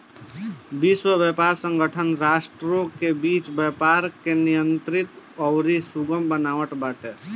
विश्व व्यापार संगठन राष्ट्रों के बीच व्यापार के नियंत्रित अउरी सुगम बनावत बाटे